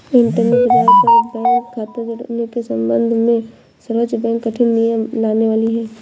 internet बाज़ार पर bank खता जुड़ने के सम्बन्ध में सर्वोच्च बैंक कठिन नियम लाने वाली है